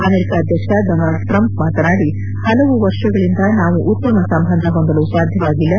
America ಅಧ್ಯಕ್ಷ Donald Trump ಮಾತನಾಡಿ ಹಲವು ವರ್ಷಗಳಿಂದ ನಾವು ಉತ್ತಮ ಸಂಬಂಧ ಹೊಂದಲು ಸಾಧ್ಯವಾಗಿಲ್ಲ